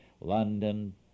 London